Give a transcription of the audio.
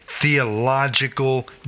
theological